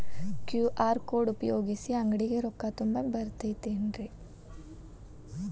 QR code ಉಪಯೋಗಿಸಿ, ಅಂಗಡಿಗೆ ರೊಕ್ಕಾ ತುಂಬಾಕ್ ಬರತೈತೇನ್ರೇ?